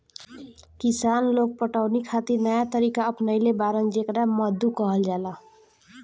किसान लोग पटवनी खातिर नया तरीका अपनइले बाड़न जेकरा मद्दु कहल जाला